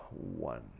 one